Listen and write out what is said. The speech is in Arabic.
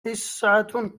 تسعة